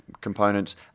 components